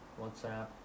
WhatsApp